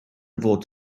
fod